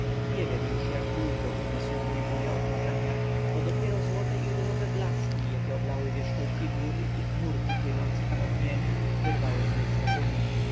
nie wiem już jak długo umysł mój bujał w marzeniach bo dopiero złote i różowe blaski jakie oblały wierzchołki gór i chmurki płynące ponad niemi wyrwały mię z zadumy